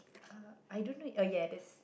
uh I don't know oh yeah it is